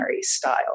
style